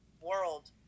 world